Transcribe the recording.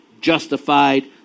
justified